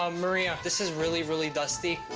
um maria, this is really really dusty.